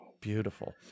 Beautiful